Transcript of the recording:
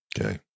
Okay